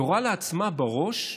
יורה לעצמה בראש?